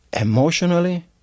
emotionally